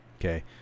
okay